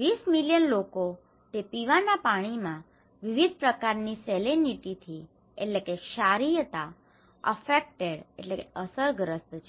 20 million લોકો તે પીવાના પાણીમાં વિવિધ પ્રકારની સેલેનિટીથી salinity ક્ષારીયતા અફેકટેડ affected અસરગ્રસ્ત છે